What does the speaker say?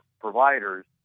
providers